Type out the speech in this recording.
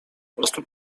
prostu